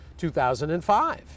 2005